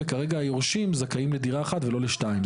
וכרגע היורשים זכאים לדירה אחת ולא לשתיים.